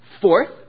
Fourth